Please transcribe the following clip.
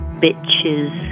bitches